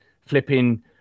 flipping